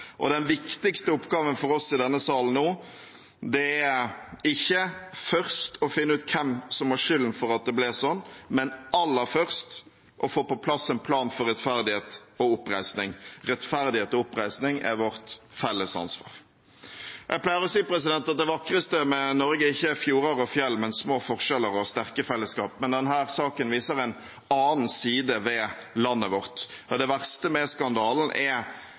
og den viktigste oppgaven for oss i denne salen nå er ikke først å finne ut hvem som har skylden for at det ble sånn, men aller først å få på plass en plan for rettferdighet og oppreisning. Rettferdighet og oppreisning er vårt felles ansvar. Jeg pleier å si at det vakreste med Norge ikke er fjorder og fjell, men små forskjeller og sterke fellesskap. Men denne saken viser en annen side ved landet vårt. Det verste med skandalen er